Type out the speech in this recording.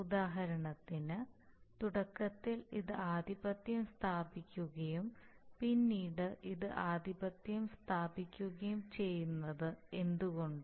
ഉദാഹരണത്തിന് തുടക്കത്തിൽ ഇത് ആധിപത്യം സ്ഥാപിക്കുകയും പിന്നീട് ഇത് ആധിപത്യം സ്ഥാപിക്കുകയും ചെയ്യുന്നത് എന്തുകൊണ്ട്